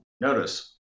notice